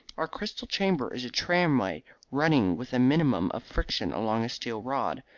our crystal chamber is a tramway running with a minimum of friction along a steel rod.